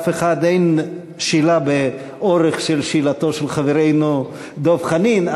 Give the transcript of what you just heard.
ולאף אחד אין שאלה באורך שאלתו של חברנו דב חנין,